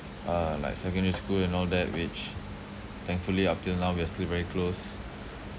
uh like secondary school and all that which thankfully up till now we are still very close